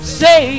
say